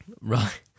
right